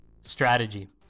strategy